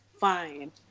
Fine